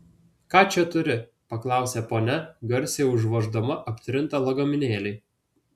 ką čia turi paklausė ponia garsiai užvoždama aptrintą lagaminėlį